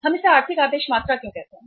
हम इसे आर्थिक आदेश मात्रा क्यों कहते हैं